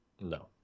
No